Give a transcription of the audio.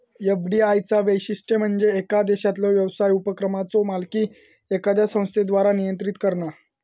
FDI चा वैशिष्ट्य म्हणजे येका देशातलो व्यवसाय उपक्रमाचो मालकी एखाद्या संस्थेद्वारा नियंत्रित करणा